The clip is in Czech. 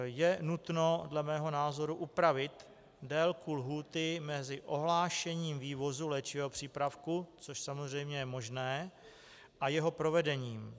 Je nutno dle mého názoru upravit délku lhůty mezi ohlášením vývozu léčivého přípravku, což samozřejmě je možné, a jeho provedením.